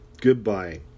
goodbye